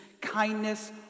kindness